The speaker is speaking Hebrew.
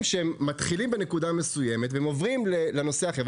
שמתחילים בנקודה מסוימת ועוברים לנושא אחר,